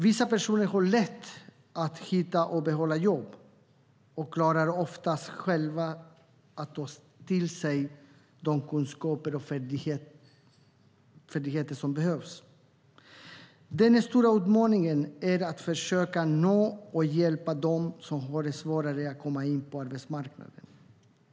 Vissa personer har lätt att hitta och behålla jobb och klarar oftast själva att ta till sig de kunskaper och färdigheter som behövs. Den stora utmaningen är att försöka nå och hjälpa dem som har svårare att komma in på arbetsmarknaden.